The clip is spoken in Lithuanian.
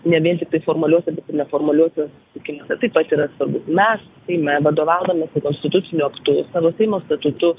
ne vien tiktais formaliuose bet ir neformaliuose susitikimuose taip pat yra svarbus mes seime vadovaudamiesi konstituciniu aktu savo seimo statutu